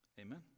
Amen